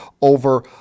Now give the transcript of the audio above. Over